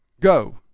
Go